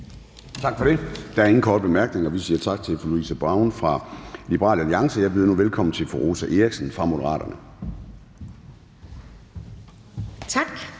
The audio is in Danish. Tak for det. Der er ingen korte bemærkninger. Vi siger tak til fru Louise Brown fra Liberal Alliance. Jeg byder nu velkommen til fru Rosa Eriksen fra Moderaterne. Kl.